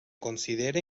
considere